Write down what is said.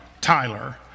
Tyler